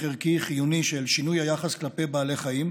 ערכי חיוני של שינוי היחס כלפי בעלי חיים,